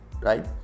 right